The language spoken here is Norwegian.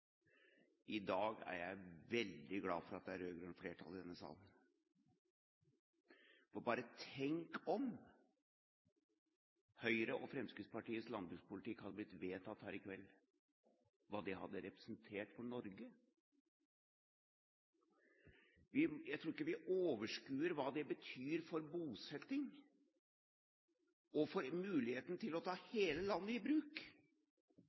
i dag er jeg veldig glad for at det er rød-grønt flertall i denne salen. Bare tenkt hva det hadde representert for Norge, om Høyres og Fremskrittspartiets landbrukspolitikk hadde blitt vedtatt her i kveld. Jeg tror ikke vi overskuer hva det ville bety for bosetting og muligheten til å ta hele landet i bruk.